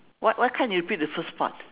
what why can't you repeat the first part